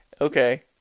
Okay